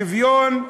שוויון,